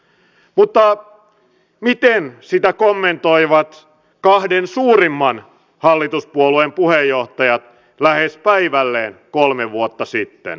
mutta miten sitä kommentoivat kahden suurimman hallituspuolueen puheenjohtajat lähes päivälleen kolme vuotta sitten